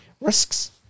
risks